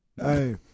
Hey